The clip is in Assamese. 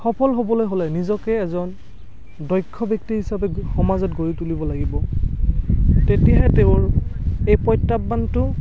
সফল হ'বলৈ হ'লে নিজকে এজন দক্ষ ব্য়ক্তি হিচাপে সমাজত গঢ়ি তুলিব লাগিব তেতিয়াহে তেওঁৰ এই প্ৰত্য়াহ্বানটো